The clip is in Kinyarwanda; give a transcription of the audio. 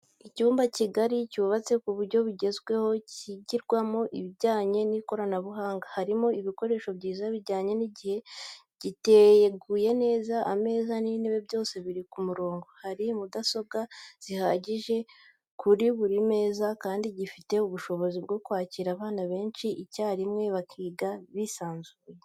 Icyumba kigari cyubatse ku buryo bwugezweho kigirwamo ibijyanye n'ikoranabuhanga, harimo ibikoresho byiza bijyanye n'igihe, giteguye neza, ameza n'intebe byose biri ku murongo, hari mudasobwa zihagije kuri buri meza kandi gifite ubushobozi bwo kwakira abana benshi icyarimwe bakiga bisanzuye.